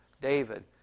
David